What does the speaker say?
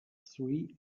three